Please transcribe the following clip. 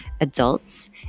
adults